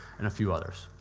and a few others.